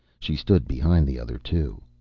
she stood behind the other two.